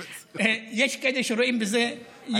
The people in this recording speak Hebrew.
יש כאלה שרואים בזה יתרון.